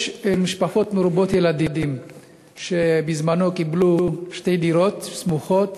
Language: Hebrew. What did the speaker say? יש משפחות מרובות ילדים שבזמנו קיבלו שתי דירות סמוכות,